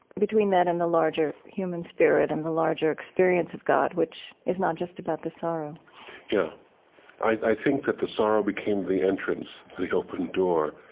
between that and the larger human spirit, and the larger experience of god, which is not just about the sorrow yeah i think that the sorrow became the entrance, the open door,